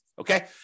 okay